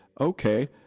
okay